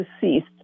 deceased